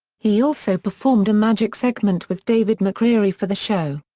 he also performed a magic segment with david mccreary for the show.